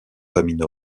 familles